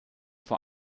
vor